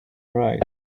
write